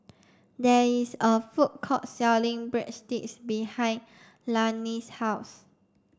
there is a food court selling Breadsticks behind Lanie's house